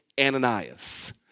Ananias